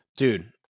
Dude